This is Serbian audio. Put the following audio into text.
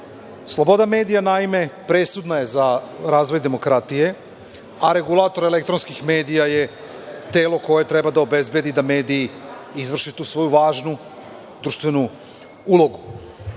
pitanju. Sloboda medija, naime presudna je za razvoj demokratije, a Regulator elektronskih medija je telo koje treba da obezbedi da mediji izvrše tu svoju važnu društvenu ulogu. Pravo